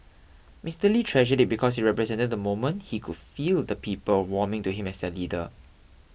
Mister Lee treasured it because it represented the moment he could feel the people warming to him as their leader